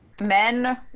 men